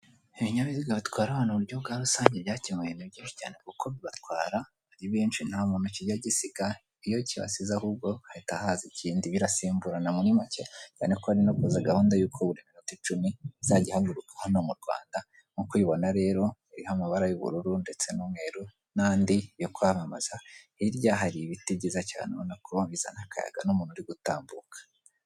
Ibinyabiziga batwara abantu mu buryo bwarusange byakemuye ibintu byinshi kuko bibatwara ari benshi ntamuntu kijya gisiga iyo kibasize ahubwo hahita haza ikindi birasimburana muri make cyane ko harinokuza gahunda y'uko buri minota icumi izajya ihaguruka hano mu Rwanda nkuko ubibona rero iriho amabara y'ubururu ndetse n'umweru n'andi yo kwamamaza hirya hari ibiti byiza cyane ubonako bizana akayaga n'umuntu urigutambuka.